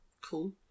cool